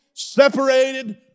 separated